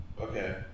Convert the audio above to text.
Okay